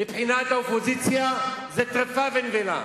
מבחינת האופוזיציה זה טרפה ונבלה,